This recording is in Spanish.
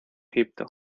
egipto